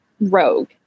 rogue